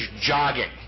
jogging